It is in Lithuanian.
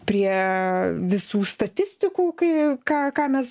prie visų statistikų kai ką ką mes